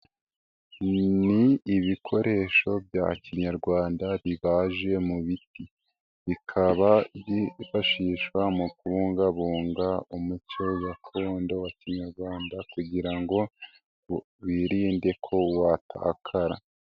Ni ibikoresho bya kinyarwanda bibaje mu biti, bikaba byifashishwa mu kubungabunga umuco gakondo wa kinyarwanda kugira ngo birinde ko wa watakara.